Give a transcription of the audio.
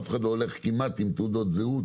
אף אחד כמעט לא הולך עם תעודת זהות,